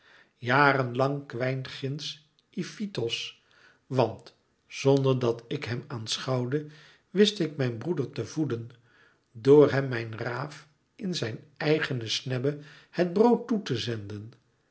jaren lang kwijnt ginds ifitos want zonder dat ik hem aanschouwde wist ik mijn broeder te voeden door hem mijn raaf in zijn eigen snebbe het brood toe te zenden